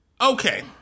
Okay